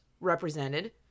represented